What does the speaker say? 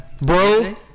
Bro